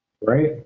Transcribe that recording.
Right